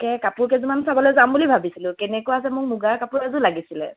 তাকে কাপোৰ কেইযোৰমান চাবলৈ যাম ভাবিছিলোঁ কেনেকুৱা যে মোক মুগা কাপোৰ এযোৰ লাগিছিলে